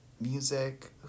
music